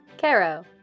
Caro